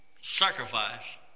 sacrifice